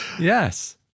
Yes